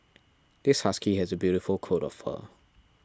this husky has a beautiful coat of fur